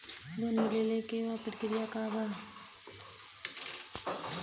Loan मिलेला के प्रक्रिया का बा?